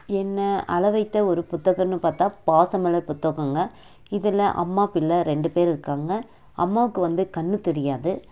என்னை அழ வைத்த ஒரு புத்தகமென்னு பார்த்தா பாசமலர் புத்தகங்க இதில் அம்மா பிள்ளை ரெண்டு பேர் இருக்காங்க அம்மாவுக்கு வந்து கண் தெரியாது